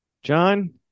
John